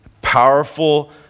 powerful